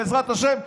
בעזרת השם,